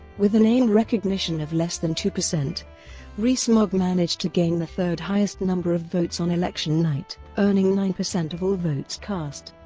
with a name recognition of less than two, rees-mogg managed to gain the third-highest number of votes on election night, earning nine percent of all votes cast,